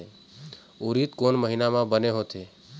उरीद कोन महीना म बने होथे?